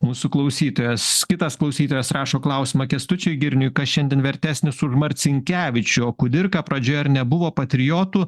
mūsų klausytojas kitas klausytojas rašo klausimą kęstučiui girniui kas šiandien vertesnis už marcinkevičių kudirka pradžioje ar nebuvo patriotų